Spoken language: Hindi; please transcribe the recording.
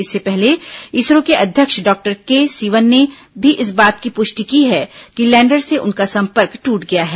इससे पहले इसरो के अध्यक्ष डॉक्टर के सिवन ने भी इस बात की पुष्टि की है कि लैंडर से उनका सम्पर्क टूट गया है